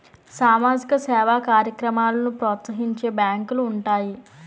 సామాజిక సేవా కార్యక్రమాలను ప్రోత్సహించే బ్యాంకులు ఉంటాయి